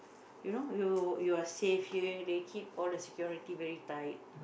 you know you you are safe here they keep all the security all very tight